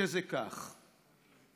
שזה כך.